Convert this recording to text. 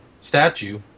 statue